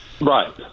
Right